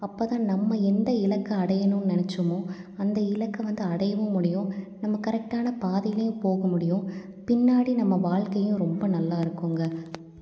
அப்போதான் நம்ம எந்த இலக்க அடையணும் நினச்சமோ அந்த இழக்க வந்து அடையவும் முடியும் நம்ப கரெக்டான பாதையிலையும் போக முடியும் பின்னாடி நம்ம வாழ்க்கையும் ரொம்ப நல்லா இருக்குதுங்க